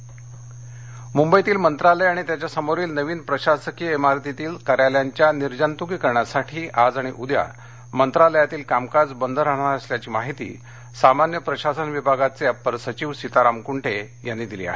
मंत्रालय म्रंबईतील मंत्रालय आणि त्याच्या समोरील नवीन प्रशासकीय इमारतीतील कार्यालयांच्या निर्जन्त्कीकरणासाठी आज आणि उद्या मंत्रालयातील कामकाज बंद राहणार असल्याची माहिती सामान्य प्रशासन विभागाचे अप्पर सचिव सीताराम कुंटे यांनी दिली आहे